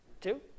Two